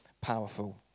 powerful